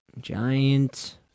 Giant